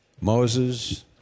Moses